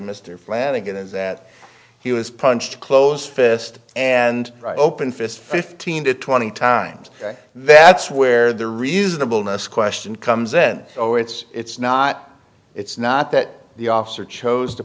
mr flanagan is that he was punched close fist and open fists fifteen to twenty times that's where the reasonable next question comes in oh it's it's not it's not that the officer chose to